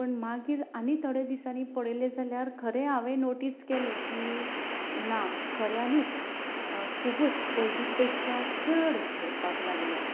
पूण मागीर आनी थोडे दिसांनी पळयले जाल्यार खरें हांवें नोटीस केले की ना खऱ्यांनीच खुबूच पयली पेक्षा चड झडपाक लागल्या